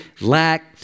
lack